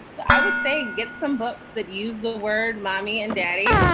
so i would say get some books that use the word mommy and daddy.